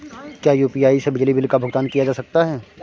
क्या यू.पी.आई से बिजली बिल का भुगतान किया जा सकता है?